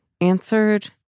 answered